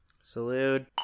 Salute